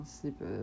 sleep